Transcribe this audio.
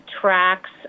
tracks